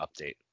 update